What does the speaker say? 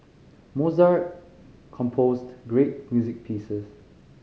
Mozart composed great music pieces